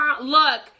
look